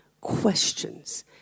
questions